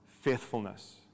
Faithfulness